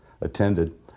attended